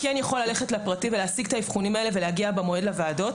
כן יכול ללכת לפרטי ולהשיג את האבחונים האלה ולהגיע במועד לוועדות.